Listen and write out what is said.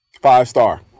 Five-star